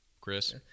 Chris